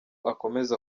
akomeza